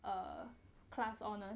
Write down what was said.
err class honours